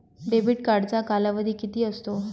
Debit कार्डचा कालावधी किती असतो?